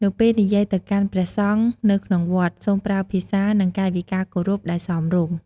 នៅពេលនិយាយទៅកាន់ព្រះសង្ឃនៅក្នុងវត្ត សូមប្រើភាសា និងកាយវិការគោរពដែលសមរម្យ។